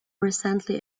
recently